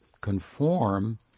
conform